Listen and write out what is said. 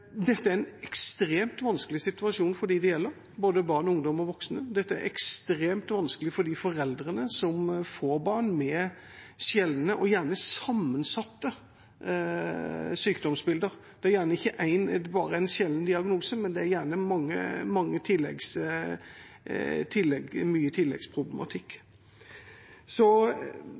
Dette er en ekstremt vanskelig situasjon for dem det gjelder, både for barn, ungdom og voksne. Dette er ekstremt vanskelig for de foreldrene som får barn med sjeldne og gjerne sammensatte sykdomsbilder. Det er gjerne ikke bare en sjelden diagnose, men det er gjerne mye tilleggsproblematikk. Det jeg savner i møte med mange